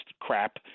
crap